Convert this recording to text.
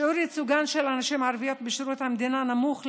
שיעור ייצוגן של נשים ערביות בשירות המדינה נמוך,